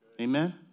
Amen